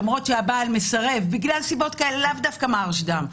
למרות שהבעל מסרב לאו דווקא מהרשד"ם,